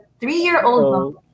three-year-old